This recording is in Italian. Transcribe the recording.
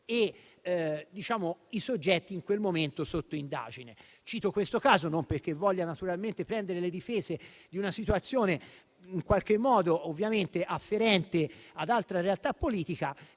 e i soggetti in quel momento sotto indagine. Cito questo caso naturalmente non perché voglia prendere le difese di una situazione in qualche modo afferente ad altra realtà politica,